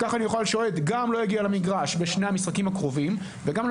כך האוהד גם לא יגיע למגרש בשני המשחקים הקרובים וגם לא